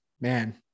man